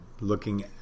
looking